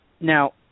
Now